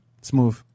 Smooth